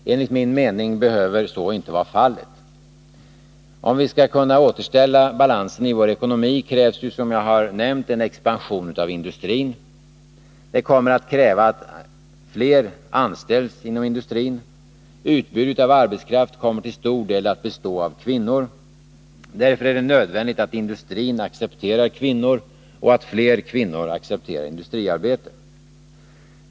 Enligt min mening behöver så inte vara fallet. Om vi skall kunna återställa balansen i vår ekonomi krävs, som jag nämnt, en expansion inom industrin. Det kommer att krävas att fler anställs inom industrin. Utbudet av arbetskraft kommer till stor del att bestå av kvinnor. Därför är det nödvändigt att industrin accepterar kvinnor och att fler kvinnor accepterar industriarbete.